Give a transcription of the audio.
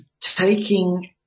taking